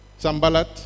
Sambalat